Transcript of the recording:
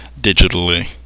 digitally